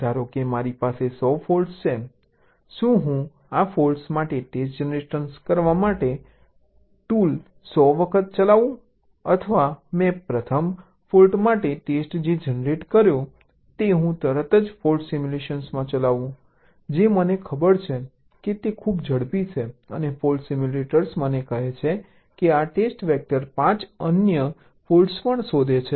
ધારો કે મારી પાસે 100 ફોલ્ટ્સ છે શું હું આ ફોલ્ટ્સ માટે ટેસ્ટ જનરેટ કરવા માટે ટેસ્ટ જનરેશન ટૂલ 100 વખત ચલાવું અથવા મેં પ્રથમ ફોલ્ટ માટે ટેસ્ટ જનરેટ કર્યો તો હું તરત જ ફોલ્ટ સિમ્યુલેશન ચલાવું છું જે મને ખબર છે કે તે ખૂબ ઝડપી છે અને ફોલ્ટ સિમ્યુલેટર મને કહે છે કે આ ટેસ્ટ વેક્ટર 5 અન્ય ફોલ્ટ્સ પણ શોધે છે